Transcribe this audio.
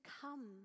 come